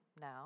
now